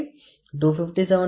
895 - 0